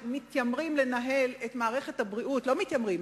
שמתיימרים לנהל את מערכת הבריאות לא מתיימרים,